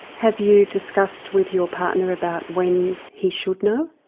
have you discussed with your partner about when he should know?